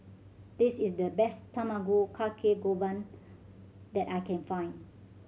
this is the best Tamago Kake Gohan that I can find